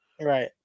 Right